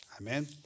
Amen